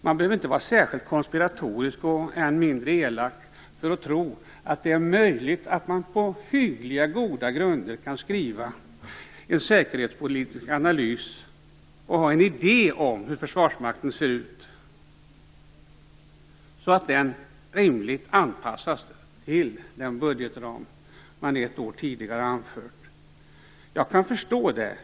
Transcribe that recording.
Man behöver inte vara särskilt konspiratorisk och än mindre elak för att tro att det är möjligt att på hyggliga, goda grunder skriva en säkerhetspolitisk analys och ha en idé om hur Försvarsmakten ser ut och se till så att den på ett rimligt sätt anpassas till den budgetram som lagts fast ett år tidigare. Jag kan förstå det.